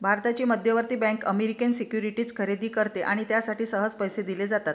भारताची मध्यवर्ती bank American securities खरेदी करते कारण त्यासाठी सहज पैसे दिले जातात